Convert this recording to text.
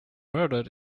murdered